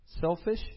selfish